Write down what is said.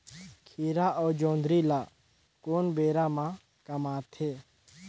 खीरा अउ जोंदरी ल कोन बेरा म कमाथे?